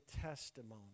testimony